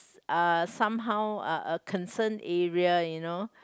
uh somehow a a concern you know